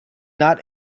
not